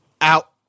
out